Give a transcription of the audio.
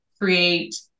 create